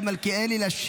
אלי.